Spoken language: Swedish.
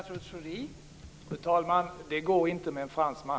Fru talman! Det går inte med en fransman.